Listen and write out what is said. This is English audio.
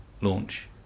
launch